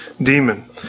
demon